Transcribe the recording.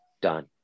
done